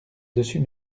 dessus